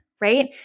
right